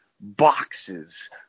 boxes